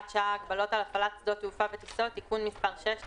שעה) (הגבלות על הפעלת שדות תעופה וטיסות) (תיקון מס' 6)(תיקון),